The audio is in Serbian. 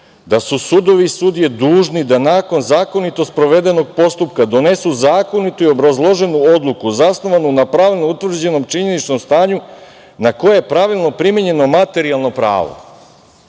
da su sudovi i sudije dužni da nakon zakonito sprovedenog postupka donesu zakonitu i obrazloženu odluku zasnovanu na pravno utvrđenom činjeničnom stanju na koje je pravilno primenjeno materijalno pravo